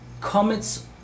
comets